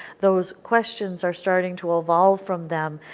those questions are starting to evolve from them,